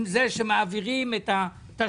עם זה שמעבירים את התשלומים,